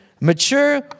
mature